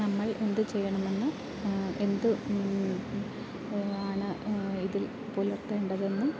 നമ്മൾ എന്ത് ചെയ്യണമെന്ന് എന്ത് ആണ് ഇതിൽ പുലർത്തേണ്ടത് എന്നും